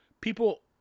people